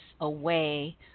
away